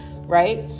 right